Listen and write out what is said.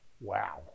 Wow